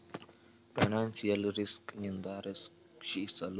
financial risk ನಿಂದ ರಕ್ಷಿಸಲು business policy ತಕ್ಕೋಬೇಕು